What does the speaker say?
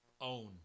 own